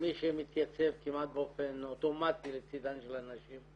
כמי שמתייצב כמעט באופן אוטומטי לצדן של הנשים,